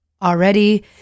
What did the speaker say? already